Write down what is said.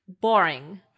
boring